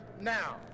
now